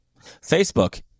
Facebook